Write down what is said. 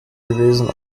gewesen